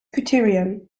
criterion